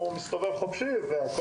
הוא ממשיך בשלו והכל